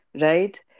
Right